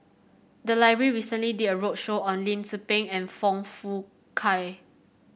the library recently did a roadshow on Lim Tze Peng and Foong Fook Kay